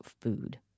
food